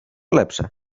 lepsze